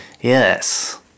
yes